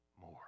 more